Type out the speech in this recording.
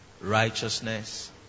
righteousness